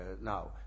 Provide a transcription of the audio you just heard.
Now